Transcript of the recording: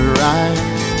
right